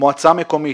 מועצה מקומית,